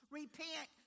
repent